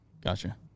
Gotcha